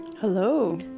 Hello